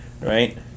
right